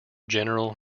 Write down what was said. general